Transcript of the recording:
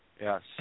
yes